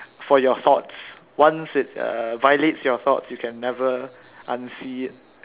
for your thoughts once it uh violates your thoughts you can never unsee it